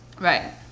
Right